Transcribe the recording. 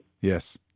Yes